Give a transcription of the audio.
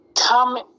come